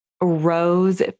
rose